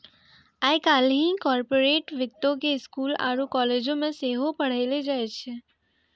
आइ काल्हि कार्पोरेट वित्तो के स्कूलो आरु कालेजो मे सेहो पढ़ैलो जाय छै